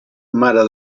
mare